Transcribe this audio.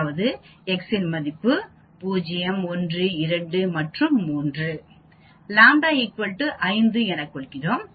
அதாவது x சின் மதிப்பு 0 1 2 மற்றும் 3 ƛ5 எனக் கொள்கிறோம்